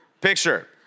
picture